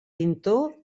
pintor